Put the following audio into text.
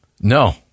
No